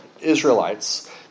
Israelites